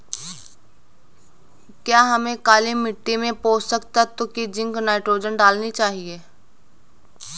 क्या हमें काली मिट्टी में पोषक तत्व की जिंक नाइट्रोजन डालनी चाहिए?